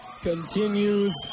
continues